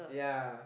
yeah